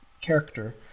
character